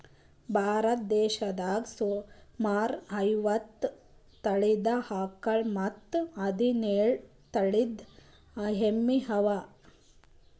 ಭಾರತ್ ದೇಶದಾಗ್ ಸುಮಾರ್ ಐವತ್ತ್ ತಳೀದ ಆಕಳ್ ಮತ್ತ್ ಹದಿನೇಳು ತಳಿದ್ ಎಮ್ಮಿ ಅವಾ